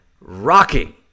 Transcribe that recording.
rocking